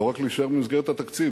לא רק להישאר במסגרת התקציב,